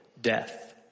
death